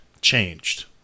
changed